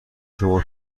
شما